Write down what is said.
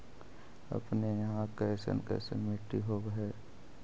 अपने यहाँ कैसन कैसन मिट्टी होब है?